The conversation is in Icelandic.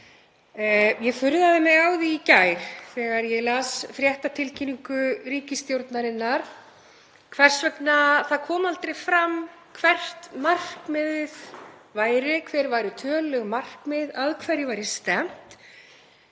Ég furðaði mig á því í gær þegar ég las fréttatilkynningu ríkisstjórnarinnar hvers vegna það kom aldrei fram hvert markmiðið væri, hver væru tölulegu markmið, að hverju væri stefnt.